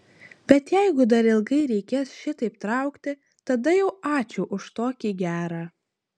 bet jeigu dar ilgai reikės šitaip traukti tada jau ačiū už tokį gerą